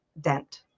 dent